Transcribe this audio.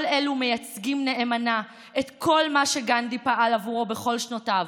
כל אלו מייצגים נאמנה את כל מה שגנדי פעל עבורו בכל שנותיו,